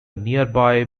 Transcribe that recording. nearby